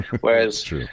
whereas